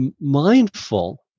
mindful